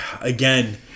again